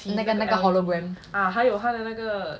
那个那个 hologram